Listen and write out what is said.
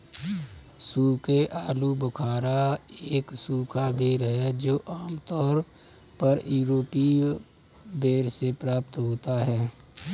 सूखे आलूबुखारा एक सूखा बेर है जो आमतौर पर यूरोपीय बेर से प्राप्त होता है